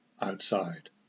outside